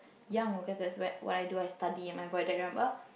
young okay that's where what I do I study at my void deck remember